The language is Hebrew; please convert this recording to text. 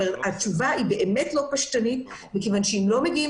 התשובה אינה פשטנית מכיוון שאם לא מגיעים